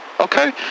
Okay